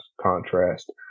contrast